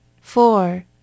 Four